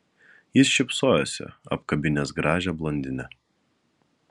jis šypsojosi apkabinęs gražią blondinę